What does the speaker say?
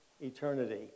eternity